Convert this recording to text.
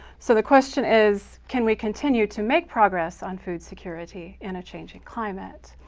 so the question is, can we continue to make progress on food security in a changing climate?